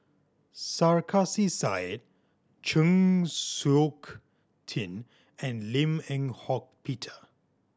Sarkasi Said Chng Seok Tin and Lim Eng Hock Peter